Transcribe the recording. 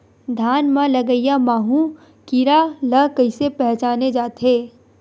धान म लगईया माहु कीरा ल कइसे पहचाने जाथे?